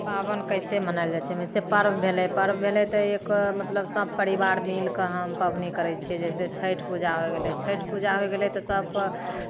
पाबनि कैसे मनायल जाइ छै जैसे पर्व भेलै पर्व भेलै तऽ एक मतलब सभ परिवार मिलि कऽ हम पावनि करै छियै जैसे छठि पूजा होइ गेलै छठि पूजा होइ गेलै तऽ सबके